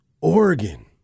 Oregon